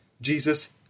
Jesus